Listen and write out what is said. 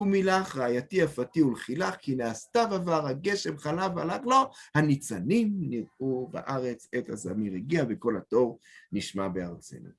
קומי לך רעייתי, יפתי, ולכי לך - כי הנה הסתיו עבר, הגשם חלף הלך לו, הניצנים נראו בארץ, עת הזמיר הגיע וקול התור נשמע בארצנו